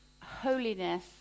holiness